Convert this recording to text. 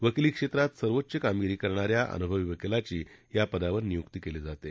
वकीली क्षेत्रात सर्वोच्च कामगिरी करणाऱ्या अनुभवी वकीलाची या पदावर नियुक्ती केली जाते